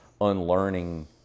unlearning